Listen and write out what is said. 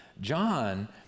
John